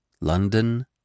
London